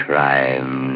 Crime